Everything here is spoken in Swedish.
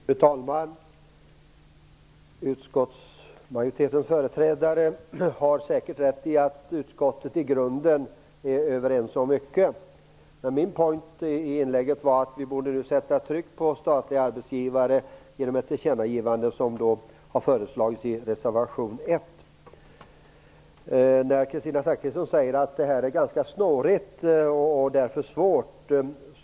Fru talman! Utskottsmajoritetens företrädare har säkert rätt i att utskottet i grunden är överens om mycket. Men min poäng var att vi borde sätta tryck på statliga arbetsgivare genom ett sådant tillkännagivande som har föreslagits i reservation 1. Kristina Zakrisson sade att detta är snårigt och ganska svårt.